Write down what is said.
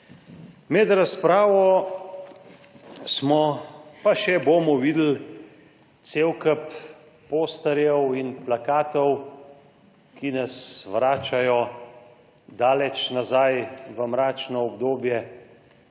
Med razpravo smo pa še bomo videli cel kup posterjev in plakatov, ki nas vračajo daleč nazaj v mračno obdobje,